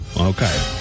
Okay